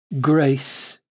grace